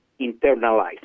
internalized